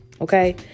okay